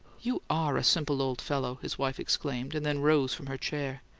you are a simple old fellow! his wife exclaimed, and then rose from her chair.